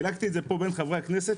חילקתי את זה פה בין חברי הכנסת,